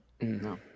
no